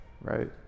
right